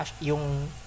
yung